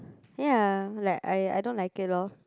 ya like I I don't like it lor